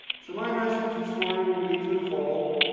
so my message this morning will be twofold,